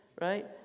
right